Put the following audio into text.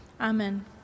Amen